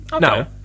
No